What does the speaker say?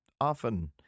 often